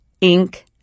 ink